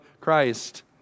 Christ